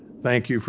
thank you.